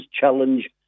Challenge